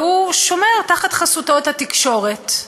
והוא שומר תחת חסותו את התקשורת,